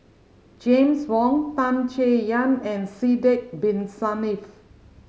James Wong Tan Chay Yan and Sidek Bin Saniff